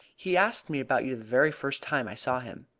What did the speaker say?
he asked me about you the very first time i saw him.